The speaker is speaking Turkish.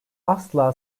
asla